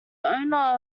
owner